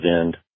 end